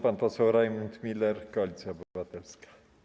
Pan poseł Rajmund Miller, Koalicja Obywatelska.